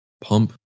pump